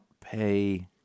pay